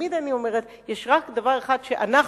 תמיד אני אומרת שיש רק דבר אחד שאנחנו,